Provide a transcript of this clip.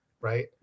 right